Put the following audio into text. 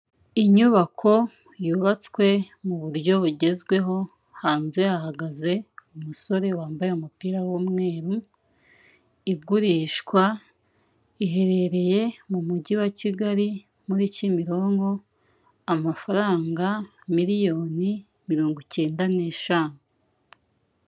Inyubako yubatswe mu buryo bugezwho, hanze hahagaze umusore wambaye umupira w'umweru, igurishwa iherereye mu mugi wa Kigali muri cyimironko, amafaranga miliyoni mirongo ikenda n'eshanu.